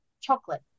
chocolate